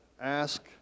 ask